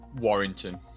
Warrington